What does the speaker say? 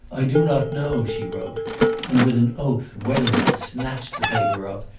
i do not know, she wrote and, with an oath, wethermill snatched the paper up,